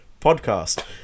podcast